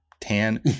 tan